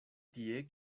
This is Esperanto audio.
tie